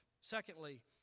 Secondly